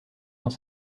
dans